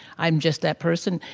i'm just that person.